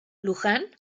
luján